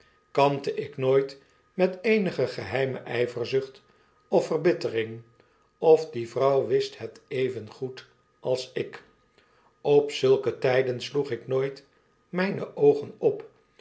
kampte ik nooit met eenige geheime yverzucht of verbittering of die vrouw wist het evengoed als ik op zulke tijden sloeg ik nooit mijne oogen op